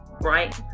Right